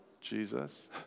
Jesus